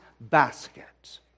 basket